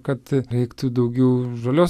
kad reiktų daugiau žalios